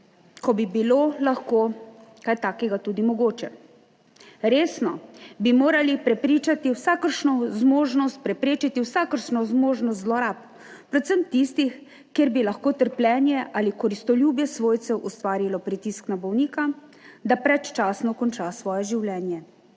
ko bi bilo lahko kaj takega tudi mogoče. Resno bi morali prepričati vsakršno zmožnost, preprečiti vsakršno možnost zlorab, predvsem tistih, kjer bi lahko trpljenje ali koristoljubje svojcev ustvarilo pritisk na bolnika, da predčasno konča svoje življenje.